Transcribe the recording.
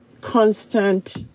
constant